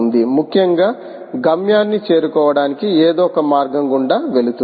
ముఖ్యంగా గమ్యాన్ని చేరుకోవడానికి ఏదో ఒక మార్గం గుండా వెళుతుంది